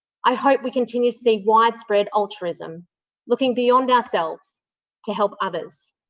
i hope we continue to see widespread altruism looking beyond ourselves to help others.